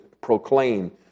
proclaim